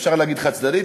אפשר להגיד: חד-צדדית,